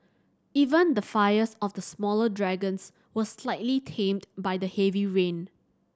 even the fires of the smaller dragons were slightly tamed by the heavy rain